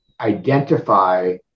Identify